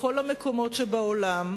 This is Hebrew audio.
בכל המקומות שבעולם,